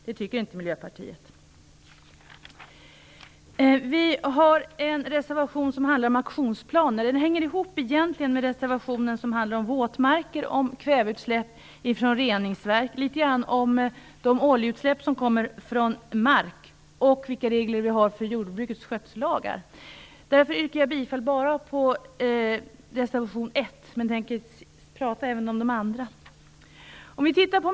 Det tycker inte Vi har en reservation som handlar om aktionsplaner. Den hänger egentligen ihop med reservationen som handlar om våtmarker, kväveutsläpp från reningsverk, litet grand om de oljeutsläpp som kommer från mark och vilka regler vi har för jordbrukets skötsellagar. Därför yrkar jag bifall bara till reservation 1, men tänker prata även om de andra.